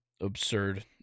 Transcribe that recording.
Absurd